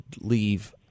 leave